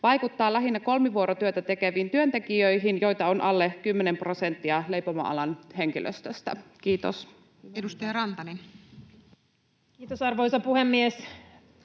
vaikuttaa lähinnä kolmivuorotyötä tekeviin työntekijöihin, joita on alle 10 prosenttia leipomoalan henkilöstöstä. — Kiitos. [Speech 38] Speaker: Toinen varapuhemies